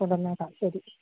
കൊണ്ടുവന്നേക്കാം ശരി